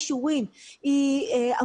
היא כבר עברה אישורים,